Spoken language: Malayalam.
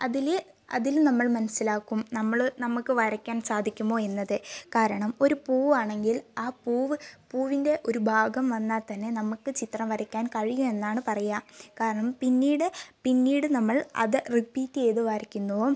അതില് അതിൽ നമ്മൾ മനസ്സിലാക്കും നമ്മള് നമുക്ക് വരയ്ക്കാൻ സാധിക്കുമോ എന്നത് കാരണം ഒരു പൂവാണെങ്കിൽ ആ പൂവ് പൂവിൻ്റെ ഒരു ഭാഗം വന്നാൽ തന്നെ നമുക്ക് ചിത്രം വരക്കാൻ കഴിയും എന്നാണ് പറയുക കാരണം പിന്നീട് പിന്നീട് നമ്മൾ അത് റിപ്പീറ്റ് ചെയ്ത് വരക്കുന്നു